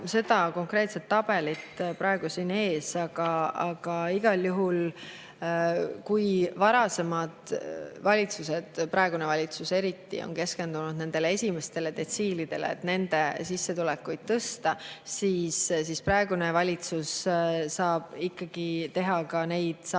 seda konkreetset tabelit praegu siin ees, aga igal juhul, kui varasemad valitsused, praegu [veel jätkav] valitsus eriti, keskendusid nendele esimestele detsiilidele, et nende sissetulekuid tõsta, siis [loodav] valitsus saab ikkagi teha samme